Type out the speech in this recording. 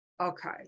Okay